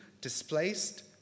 displaced